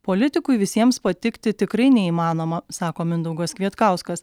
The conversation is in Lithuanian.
politikui visiems patikti tikrai neįmanoma sako mindaugas kvietkauskas